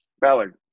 Ballard